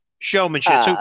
Showmanship